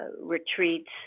retreats